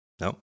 No